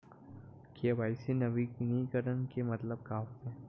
KYC नवीनीकरण के मतलब का होथे?